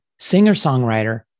singer-songwriter